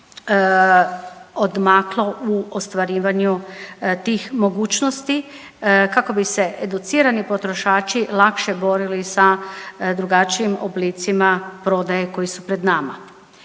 odmaklo u ostvarivanju tih mogućnosti kako bi se educirani potrošači lakše borili sa drugačijim oblicima prodaje koji su pred nama.